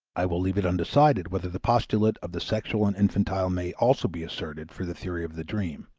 i will leave it undecided whether the postulate of the sexual and infantile may also be asserted for the theory of the dream